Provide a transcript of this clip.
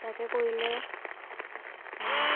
তাকে কৰিলে